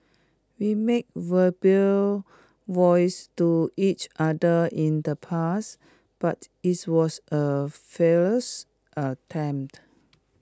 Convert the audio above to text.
we made verbal vows to each other in the past but IT was A fearless attempt